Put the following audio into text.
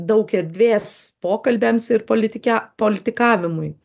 daug erdvės pokalbiams ir politikia politikavimui